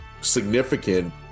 significant